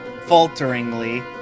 Falteringly